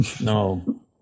No